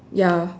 ya